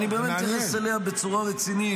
אני באמת מתייחס אליה בצורה רצינית.